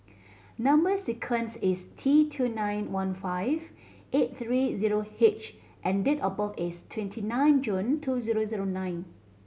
number sequence is T two nine one five eight three zero H and date of birth is twenty nine June two zero zero nine